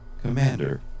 Commander